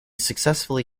successfully